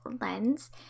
lens